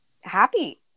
happy